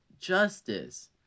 Justice